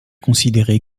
considéré